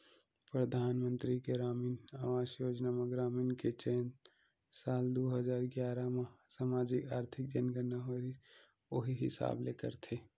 परधानमंतरी गरामीन आवास योजना म ग्रामीन के चयन साल दू हजार गियारा म समाजिक, आरथिक जनगनना होए रिहिस उही हिसाब ले करथे